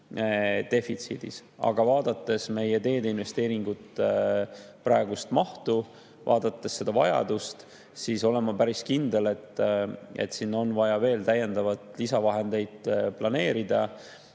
defitsiidis. Aga vaadates meie teeinvesteeringute praegust mahtu, vaadates seda vajadust, olen ma päris kindel, et sinna on vaja veel lisavahendeid planeerida.